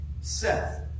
Seth